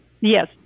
Yes